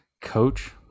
coach